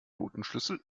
notenschlüssel